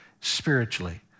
spiritually